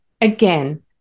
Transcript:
Again